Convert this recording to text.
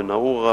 בנאעורה,